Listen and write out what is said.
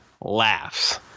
laughs